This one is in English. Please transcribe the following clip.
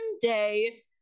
day